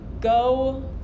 go